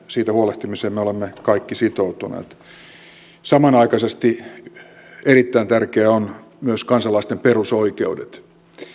siitä huolehtimiseen me olemme kaikki sitoutuneet samanaikaisesti erittäin tärkeitä ovat myös kansalaisten perusoikeudet